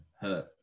hurt